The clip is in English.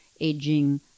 aging